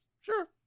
Sure